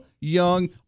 young